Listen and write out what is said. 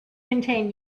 contain